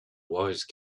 wise